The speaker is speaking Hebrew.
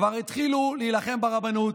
כבר התחילו להילחם ברבנות,